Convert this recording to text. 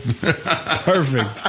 Perfect